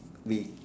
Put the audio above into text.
we